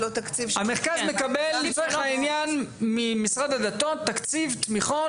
המרכז מקבל לצורך העניין ממשרד הדתות תקציב תמיכות